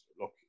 look